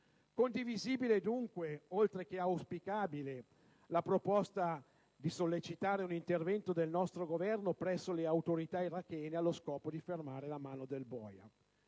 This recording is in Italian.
Condivisibile è dunque, oltre che auspicabile, la proposta di sollecitare un intervento del nostro Governo presso le autorità irachene allo scopo di fermare la mano del boia.